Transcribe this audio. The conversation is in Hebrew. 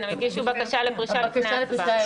כן, הם הגישו בקשה לפרישה לפני ההצבעה.